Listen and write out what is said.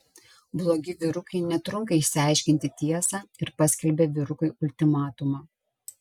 blogi vyrukai netrunka išsiaiškinti tiesą ir paskelbia vyrukui ultimatumą